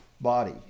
body